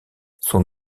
son